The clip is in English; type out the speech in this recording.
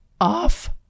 off